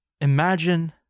Imagine